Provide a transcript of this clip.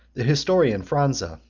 the historian phranza,